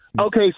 Okay